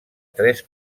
tres